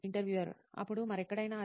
interviewer అప్పుడు మరెక్కడైనా